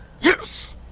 Yes